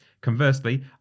Conversely